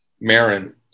Marin